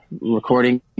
recording